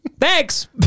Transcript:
thanks